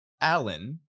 Allen